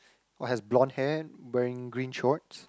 or has blond hair wearing green shorts